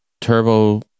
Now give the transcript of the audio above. turbo